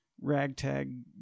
ragtag